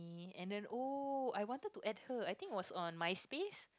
me and then oh I wanted to add her I think was on Myspace